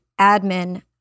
admin